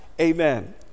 Amen